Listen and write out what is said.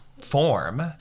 form